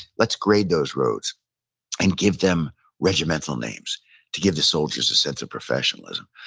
let's grade those roads and give them regimental names to give the soldiers a sense of professionalism.